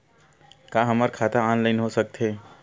का हमर खाता ऑनलाइन हो सकथे?